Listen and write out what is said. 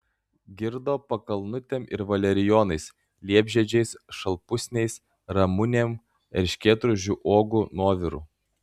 girdo pakalnutėm ir valerijonais liepžiedžiais šalpusniais ramunėm erškėtrožių uogų nuoviru